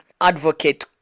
Advocate